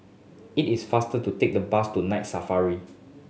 it is faster to take the bus to Night Safari